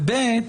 והשנייה